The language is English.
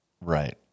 Right